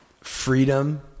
freedom